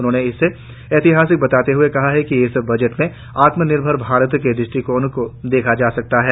उन्होंने इसे ऐतिहासिक बताते हुए कहा कि इस बजट में आत्मनिर्भरता के दृष्टिकोण को देखा जा सकता है